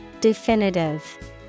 Definitive